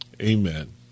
Amen